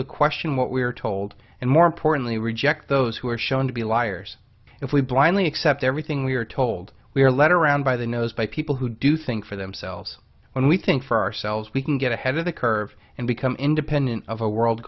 to question what we are told and more importantly reject those who are shown to be liars if we blindly accept everything we are told we are led around by the nose by people who do think for themselves when we think for ourselves we can get ahead of the curve and become independent of a world